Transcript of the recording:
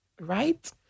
right